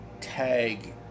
tag